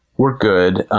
we're good.